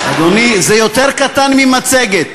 אדוני, זה יותר קטן ממצגת.